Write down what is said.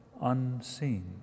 unseen